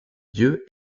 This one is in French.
dieux